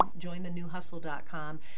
Jointhenewhustle.com